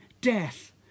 death